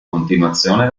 continuazione